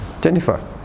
Jennifer